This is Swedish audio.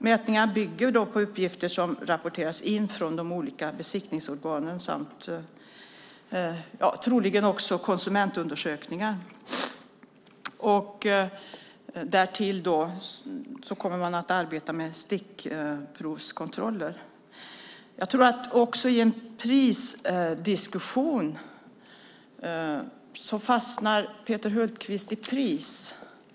Mätningarna bygger på uppgifter som rapporteras in från de olika besiktningsorganen och troligen också på konsumentundersökningar. Därtill kommer man att arbeta med stickprovskontroller. I en prisdiskussion fastnar Peter Hultqvist vid priset.